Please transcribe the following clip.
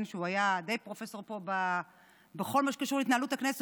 שהוא היה די פרופסור פה בכל מה שקשור להתנהלות הכנסת.